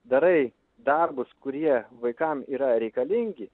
darai darbus kurie vaikam yra reikalingi